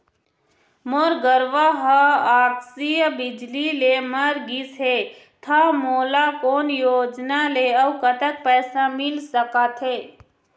मोर गरवा हा आकसीय बिजली ले मर गिस हे था मोला कोन योजना ले अऊ कतक पैसा मिल सका थे?